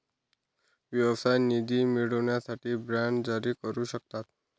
व्यवसाय निधी मिळवण्यासाठी बाँड जारी करू शकता